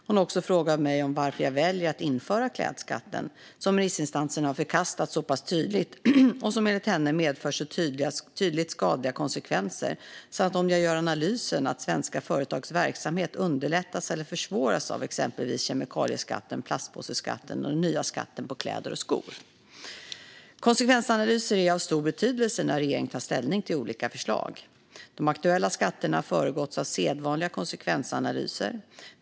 Hon har också frågat varför jag väljer att införa klädskatten, som remissinstanser har förkastat så pass tydligt och som enligt henne medför så tydligt skadliga konsekvenser samt om jag gör analysen att svenska företags verksamhet underlättas eller försvåras av exempelvis kemikalieskatten, plastpåseskatten och den nya skatten på kläder och skor. Konsekvensanalyser är av stor betydelse när regeringen tar ställning till olika förslag. De aktuella skatterna har föregåtts av sedvanliga konsekvensanalyser.